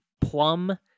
plum